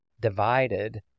divided